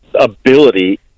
ability